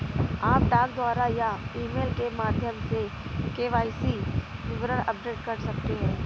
आप डाक द्वारा या ईमेल के माध्यम से के.वाई.सी विवरण अपडेट कर सकते हैं